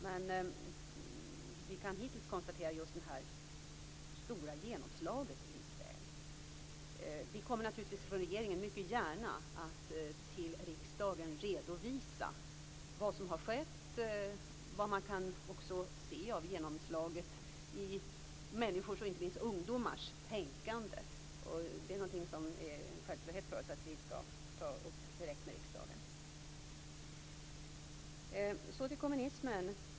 Men vi kan likväl konstatera det stora genomslaget. Regeringen kommer mycket gärna att till riksdagen redovisa vad som har skett, vad som framgår av genomslaget i människors, inte minst ungdomars, tänkande. Det är en självklarhet att ta upp det direkt med riksdagen. Så till kommunismen.